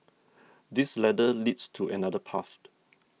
this ladder leads to another path